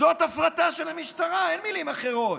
זאת הפרטה של המשטרה, אין מילים אחרות.